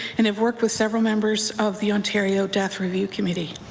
and have worked with several members of the ontario death review committee.